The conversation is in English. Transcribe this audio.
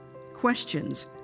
Questions